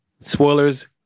Spoilers